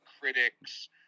critics